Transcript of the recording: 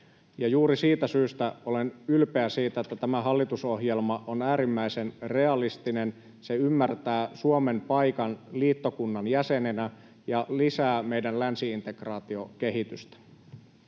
juuri siitä syystä olen ylpeä siitä, että tämä hallitusohjelma on äärimmäisen realistinen. Se ymmärtää Suomen paikan liittokunnan jäsenenä ja lisää meidän länsi-integraatiokehitystä.